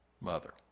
mother